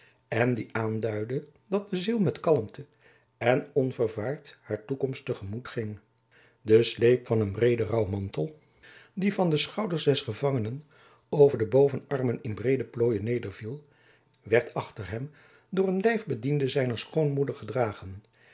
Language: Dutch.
en die aanduidde dat de ziel met kalmte en onvervaard haar toekomst te gemoet ging de sleep van een breeden rouwmantel die van de schouders des gevangenen over de bovenarmen in breede plooien nederviel werd achter hem door den lijfbediende zijner schoonmoeder gedragen